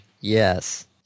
Yes